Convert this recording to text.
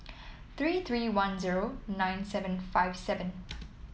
three three one zero nine seven five seven